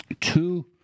two